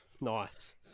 Nice